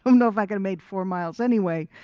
um know if i could made four miles anyway,